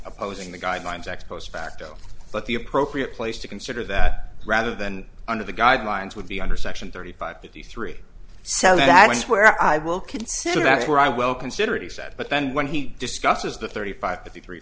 opposing the guidelines ex post facto but the appropriate place to consider that rather than under the guidelines would be under section thirty five fifty three so that's where i will consider that's where i well considered he said but then when he discusses the thirty five fifty three